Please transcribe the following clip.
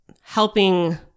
helping